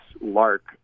lark